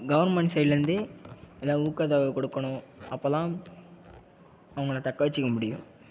government சைடுலேருந்து ஏதாவது ஊக்கத்தொகை கொடுக்கணும் அப்போ தான் அவங்கள தக்க வெச்சிக்க முடியும்